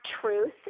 truth